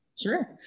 Sure